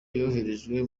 yoherejwe